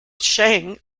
cheng